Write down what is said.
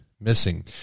missing